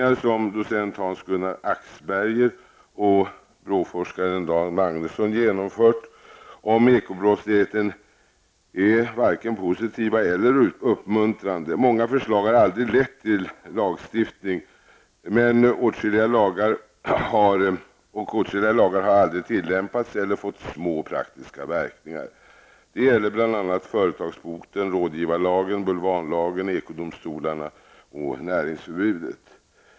Axberger och BRÅ-forskaren Dan Magnusson genomfört om ekobrottsligheten är varken positiva eller uppmuntrande. Många förslag har aldrig lett till lagstiftning, och åtskilliga lagar har aldrig tillämpats eller har fått små praktiska verkningar. Detta gäller bl.a. företagsboten, rådgivarlagen, bulvanlagen, ekodomstolarna och näringsförbudet.